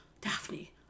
daphne